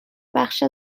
بخش